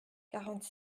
quarante